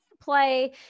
play